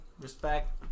Respect